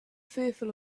fearful